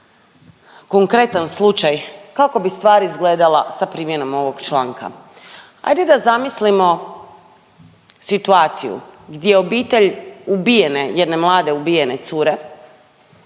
konkretan slučaj, kako bi stvar izgledala sa primjenom ovog članka. Ajde da zamislimo situaciju gdje obitelj ubijene, jedne mlade ubijene cure